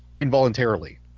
involuntarily